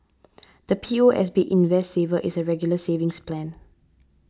the P O S B Invest Saver is a Regular Savings Plan